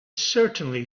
certainly